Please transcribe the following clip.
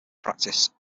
practice